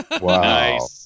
Wow